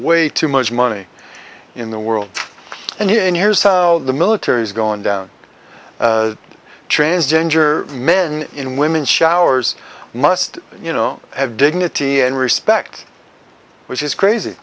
way too much money in the world and you and here's how the military is going down transgender men and women showers must you know have dignity and respect which is crazy